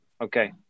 okay